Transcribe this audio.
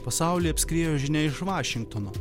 pasaulį apskriejo žinia iš vašingtono